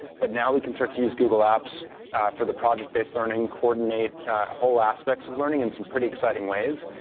but now we can start to use google apps for the project based learning, coordinate whole aspects of learning in some pretty exciting ways.